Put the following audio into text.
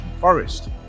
Forest